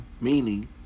Meaning